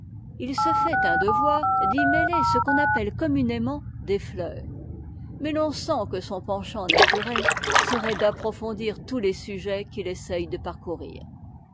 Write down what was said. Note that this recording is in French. il se fait un devoir d'y mêler ce qu'on appelle communément des fleurs mais l'on sent que son penchant naturel serait d'approfondir tous les sujets qu'il essaye de parcourir